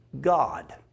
God